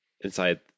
inside